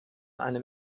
einem